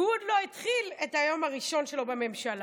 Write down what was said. והוא עוד לא התחיל את היום הראשון שלו בממשלה.